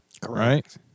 Correct